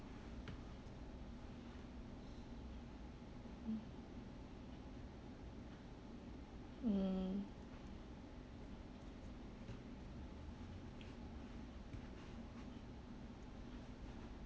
mm